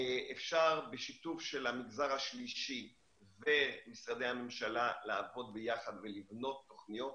אפשר בשיתוף של המגזר השלישי ומשרדי הממשלה לעבוד ביחד ולבנות תוכניות.